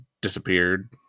disappeared